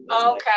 okay